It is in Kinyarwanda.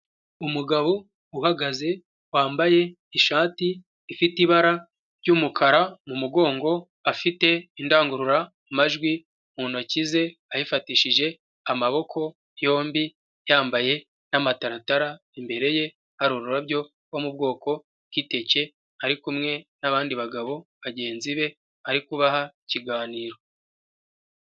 Umugabo uhagaze wambaye ishati ifite ibara ry'umukara mu mugongo afite indangururamajwi mu ntoki ze ayifatishije amaboko yombi, yambaye n'amataratara imbere ye hari ururabyo rwo mu bwoko bw'iteke, ari kumwe n'abandi bagabo bagenzi be arikubaha ikiganiro.